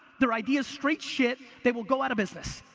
their idea's straight shit. they will go out of business.